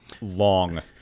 Long